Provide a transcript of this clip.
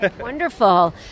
Wonderful